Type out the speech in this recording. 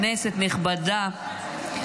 כנסת נכבדה,